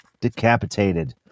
decapitated